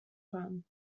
from